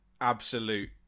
absolute